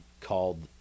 called